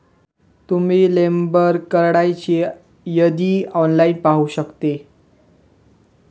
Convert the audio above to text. तुम्ही लेबर कार्डची यादी ऑनलाइन पाहू शकता